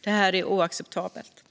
Det här är oacceptabelt.